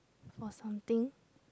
for something